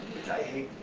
which i hate.